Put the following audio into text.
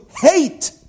hate